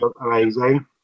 amazing